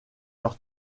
leur